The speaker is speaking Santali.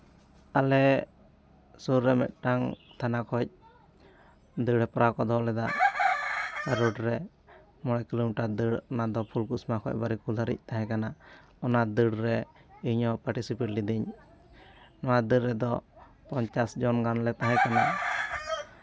ᱟᱞᱮ ᱥᱩᱨᱨᱮ ᱢᱤᱫᱴᱟᱱ ᱛᱷᱟᱱᱟ ᱠᱷᱚᱱ ᱫᱟᱹᱲ ᱦᱮᱯᱨᱟᱣ ᱠᱚ ᱫᱚᱦᱚ ᱞᱮᱫᱟ ᱨᱳᱰ ᱨᱮ ᱢᱚᱬᱮ ᱠᱤᱞᱳᱢᱤᱴᱟᱨ ᱫᱟᱹᱲ ᱚᱱᱟ ᱫᱚ ᱯᱷᱩᱞᱠᱩᱥᱢᱟ ᱠᱷᱚᱱ ᱵᱟᱹᱨᱤᱠᱩᱞ ᱫᱷᱟᱹᱨᱤᱡ ᱛᱟᱦᱮᱸ ᱠᱟᱱᱟ ᱚᱱᱟ ᱫᱟᱹᱲ ᱨᱮ ᱤᱧ ᱦᱚᱸ ᱯᱟᱨᱴᱤᱥᱤᱯᱮᱴ ᱞᱤᱫᱟᱹᱧ ᱱᱚᱣᱟ ᱫᱟᱹᱲ ᱨᱮᱫᱚ ᱯᱚᱧᱪᱟᱥ ᱡᱚᱱ ᱜᱟᱱᱞᱮ ᱛᱟᱦᱮᱸ ᱠᱟᱱᱟ